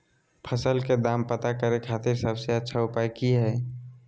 फसल के दाम पता करे खातिर सबसे अच्छा उपाय की हय?